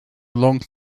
long